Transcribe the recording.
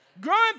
Growing